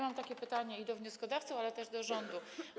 Mam takie pytanie do wnioskodawców, ale też do rządu.